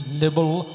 nibble